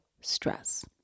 stress